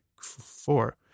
four